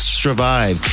survive